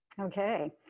Okay